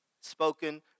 spoken